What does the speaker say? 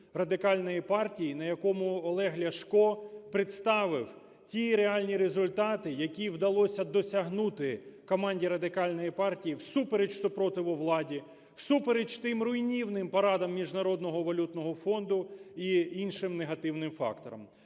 Радикальної партії, на якому Олег Ляшко представив ті реальні результати, які вдалося досягнути команді Радикальної партії всупереч супротиву владі, всупереч тим руйнівним порадам Міжнародного валютного фонду і іншим негативним факторам.